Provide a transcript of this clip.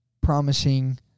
promising